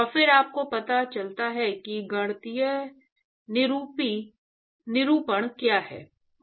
और फिर आपको पता चलता है कि गणितीय निरूपण क्या है और फिर उस पर चिह्न लगाएं